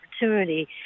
opportunity